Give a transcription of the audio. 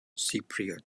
cypriot